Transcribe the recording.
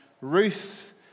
Ruth